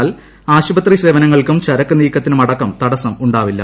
എന്നാൽ ആശുഷ്ട്രതി സേവനങ്ങൾക്കും ചരക്കുനീക്കത്തിനുമടക്കം തടസ്സം ഉണ്ടുപ്പില്ല്